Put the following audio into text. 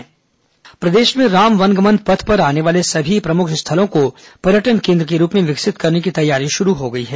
मुख्य सचिव राम वन गमन प्रदेश में राम वन गमन पथ पर आने वाले सभी प्रमुख स्थलों को पर्यटन केन्द्र के रूप में विकसित करने की तैयारी शुरू हो गई है